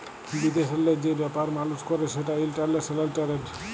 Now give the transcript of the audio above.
বিদেশেল্লে যে ব্যাপার মালুস ক্যরে সেটা ইলটারল্যাশলাল টেরেড